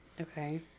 Okay